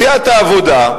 סיעת העבודה,